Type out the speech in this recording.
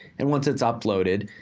and once it's uploaded,